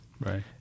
Right